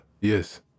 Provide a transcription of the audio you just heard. Yes